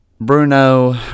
Bruno